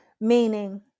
Meaning